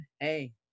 Hey